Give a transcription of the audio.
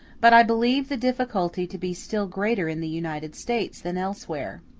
but i believe the difficulty to be still greater in the united states than elsewhere.